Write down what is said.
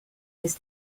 his